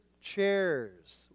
chairs